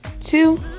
Two